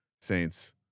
Saints